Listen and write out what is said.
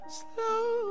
slow